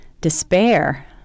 despair